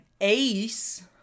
Ace